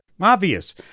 Obvious